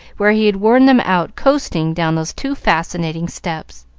where he had worn them out coasting down those too fascinating steps.